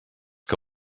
que